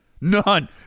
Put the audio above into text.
None